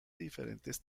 diferentes